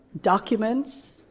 documents